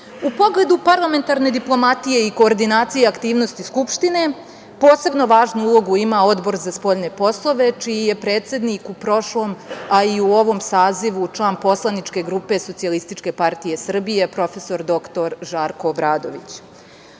pogledu parlamentarne diplomatije i koordinacije aktivnosti Skupštine, posebnu važnu ulogu ima Odbor za spoljne poslove, čiji je predsednik u prošlom, a i u ovom sazivu član poslaničke grupe Socijalističke partije Srbije, prof. dr Žarko Obradović. Ovaj